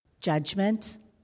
judgment